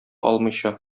алмыйча